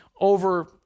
over